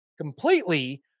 completely